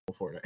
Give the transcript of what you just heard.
Fortnite